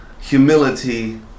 humility